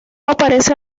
aparecen